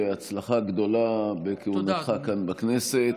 והצלחה גדולה בכהונתך כאן בכנסת.